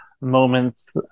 moments